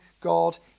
God